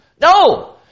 No